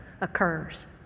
occurs